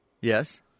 Yes